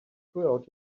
throughout